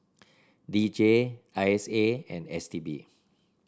D J I S A and S T B